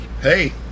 Hey